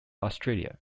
australia